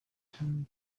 him